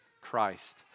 Christ